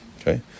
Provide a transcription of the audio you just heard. Okay